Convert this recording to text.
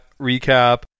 recap